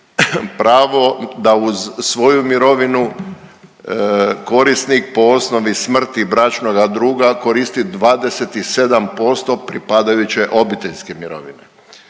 pravo da uz svoju mirovinu korisnik po osnovi smrti bračnoga druga koristi 27% pripadajuće obiteljske mirovine